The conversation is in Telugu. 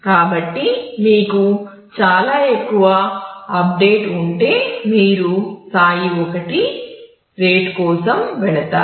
కాబట్టి లాగ్ డిస్క్ కోసం వెళతారు